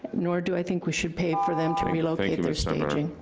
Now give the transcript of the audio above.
nor do i think we should pay for them to relocate their staging.